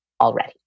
already